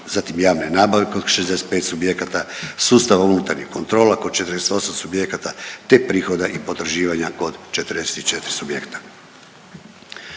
zatim javne nabave kod 65 subjekata, sustava unutarnjih kontrola kod 48 subjekata te prihoda i potraživanja kod 44 subjekta.